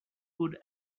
good